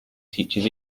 teaches